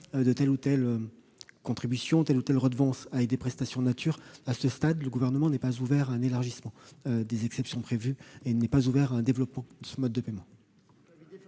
de telle ou telle contribution ou de telle ou telle redevance par des prestations en nature. À ce stade, le Gouvernement n'est pas ouvert à un élargissement des exceptions prévues, pas plus qu'il n'est ouvert à un développement de ce mode de paiement.